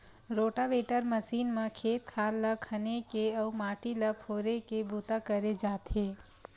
rotavator machine म खेत खार ल खने के अउ माटी ल फोरे के बूता करे जाथे